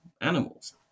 animals